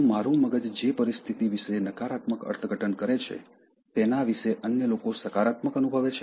શું મારું મગજ જે પરિસ્થિતિ વિશે નકારાત્મક અર્થઘટન કરે છે તેના વિશે અન્ય લોકો સકારાત્મક અનુભવે છે